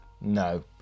No